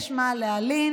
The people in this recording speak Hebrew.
יש על מה להלין,